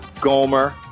gomer